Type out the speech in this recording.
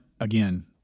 again